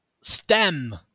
stem